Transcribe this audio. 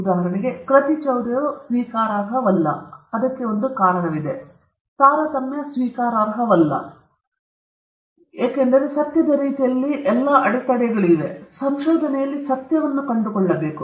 ಉದಾಹರಣೆಗೆ ಕೃತಿಚೌರ್ಯವು ಸ್ವೀಕಾರಾರ್ಹವಲ್ಲ ಅದಕ್ಕಾಗಿ ಒಂದು ಕಾರಣವಿದೆ ಅಥವಾ ತಾರತಮ್ಯ ಸ್ವೀಕಾರಾರ್ಹವಲ್ಲ ಅವರು ಸ್ವೀಕಾರಾರ್ಹವಲ್ಲ ಏಕೆ ಕಾರಣಗಳಿವೆ ಏಕೆಂದರೆ ಅವರು ಸತ್ಯದ ರೀತಿಯಲ್ಲಿ ಎಲ್ಲ ಅಡೆತಡೆಗಳಾಗಿದ್ದಾರೆ ಸಂಶೋಧನೆಯಲ್ಲಿ ಸತ್ಯವನ್ನು ಕಂಡುಕೊಳ್ಳುತ್ತಾರೆ